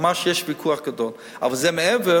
ממש יש ויכוח גדול, אבל זה מעבר,